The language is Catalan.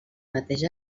mateix